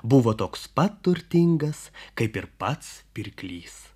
buvo toks pat turtingas kaip ir pats pirklys